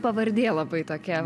pavardė labai tokia